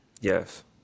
Yes